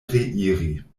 reiri